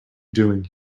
doing